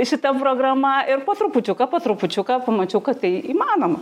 šita programa ir po trupučiuką po trupučiuką pamačiau kad tai įmanoma